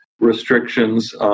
restrictions